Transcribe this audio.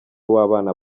w’abana